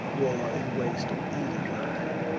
war, and waste of either line.